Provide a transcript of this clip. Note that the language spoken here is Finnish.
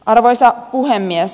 arvoisa puhemies